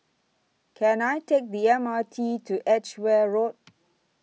Can I Take The M R T to Edgware Road